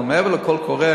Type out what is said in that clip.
אבל מעבר לקול קורא,